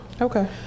Okay